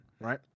right